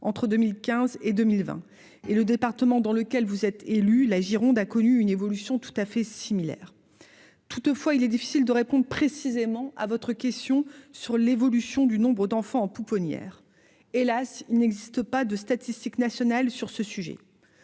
entre 2015 et 2020 et le département dans lequel vous êtes élu, la Gironde a connu une évolution tout à fait similaire, toutefois, il est difficile de répondre précisément à votre question sur l'évolution du nombre d'enfants à pouponnière, hélas, il n'existe pas de statistiques national sur ce sujet,